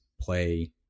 play